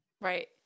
Right